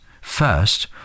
First